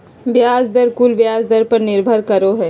ब्याज दर कुल ब्याज धन पर निर्भर करो हइ